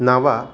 नव